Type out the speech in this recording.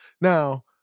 Now